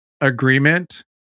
agreement